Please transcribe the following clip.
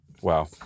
Wow